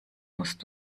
musst